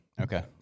okay